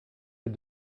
est